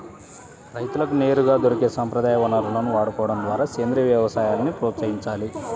రైతులకు నేరుగా దొరికే సంప్రదాయ వనరులను వాడుకోడం ద్వారా సేంద్రీయ వ్యవసాయాన్ని ప్రోత్సహించాలి